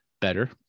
better